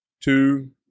two